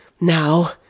now